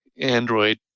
Android